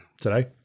today